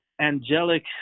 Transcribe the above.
angelic